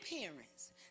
parents